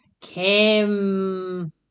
Kim